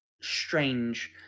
strange